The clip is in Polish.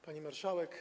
Pani Marszałek!